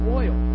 oil